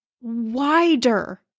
wider